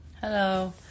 Hello